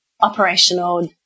operational